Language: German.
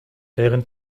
während